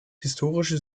historische